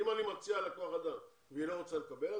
אם אני מציע לה כוח אדם והיא לא רוצה לקבל,